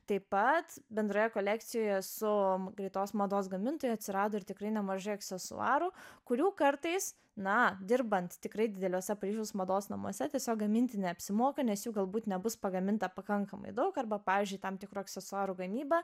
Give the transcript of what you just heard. taip pat bendroje kolekcijoje su greitos mados gamintoju atsirado ir tikrai nemažai aksesuarų kurių kartais na dirbant tikrai dideliuose paryžiaus mados namuose tiesiog gaminti neapsimoka nes jų galbūt nebus pagaminta pakankamai daug arba pavyzdžiui tam tikrų aksesuarų gamyba